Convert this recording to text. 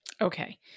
Okay